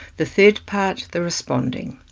the third part, the responding.